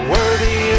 Worthy